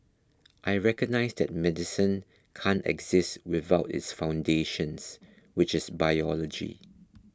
I recognise that medicine can't exist without its foundations which is biology